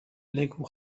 leku